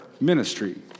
ministry